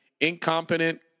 incompetent